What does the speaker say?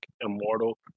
immortal